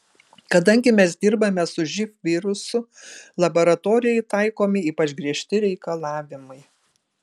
kadangi mes dirbame su živ virusu laboratorijai taikomi ypač griežti reikalavimai